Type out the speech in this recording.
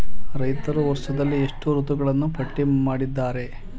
ರೈತರು ವರ್ಷದಲ್ಲಿ ಎಷ್ಟು ಋತುಗಳನ್ನು ಪಟ್ಟಿ ಮಾಡಿದ್ದಾರೆ?